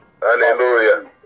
Hallelujah